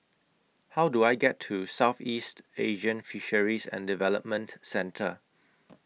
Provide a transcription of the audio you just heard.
How Do I get to Southeast Asian Fisheries and Development Centre